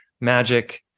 magic